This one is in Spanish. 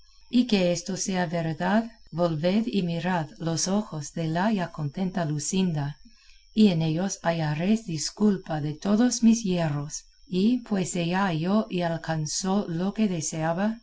y que esto sea verdad volved y mirad los ojos de la ya contenta luscinda y en ellos hallaréis disculpa de todos mis yerros y pues ella halló y alcanzó lo que deseaba